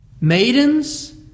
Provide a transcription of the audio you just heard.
maidens